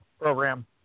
program